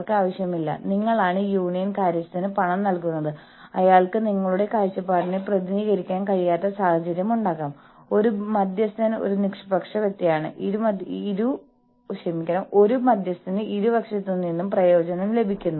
കൂടാതെ സംഘടന യൂണിയൻവൽക്കരണത്തെ വളരെയധികം ഭയപ്പെടുന്നു അത് യൂണിയൻ രൂപീകരണം തടയാൻ അതിന്റെ ശക്തിയിലുള്ളതെല്ലാം ചെയ്യുന്നു